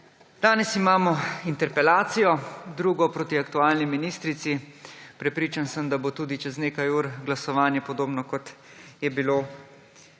Danes imamo interpelacijo, drugo proti aktualni ministrici. Prepričan sem, da bo tudi čez nekaj ur glasovanje podobno, kot je bilo